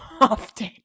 often